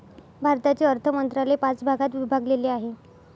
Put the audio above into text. भारताचे अर्थ मंत्रालय पाच भागात विभागलेले आहे